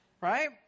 Right